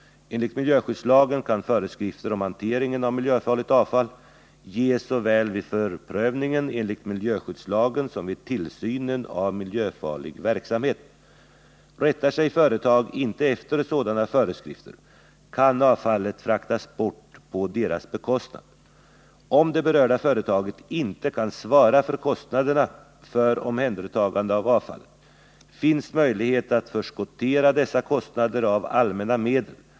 Enligt miljöskyddslagen kan föreskrifter om hanteringen av miljöfarligt avfall ges såväl vid förprövningen enligt miljöskyddslagen som vid tillsynen av miljöfarlig verksamhet. Rättar sig företag inte efter sådana föreskrifter kan avfallet fraktas bort på deras bekostnad. Om det berörda företaget inte kan svara för kostnaderna för omhändertagandet av avfallet finns möjlighet att förskottera dessa kostnader av allmänna medel.